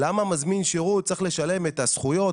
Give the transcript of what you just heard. למה מזמין השירות צריך לשלם את הזכויות,